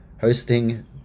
hosting